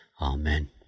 amen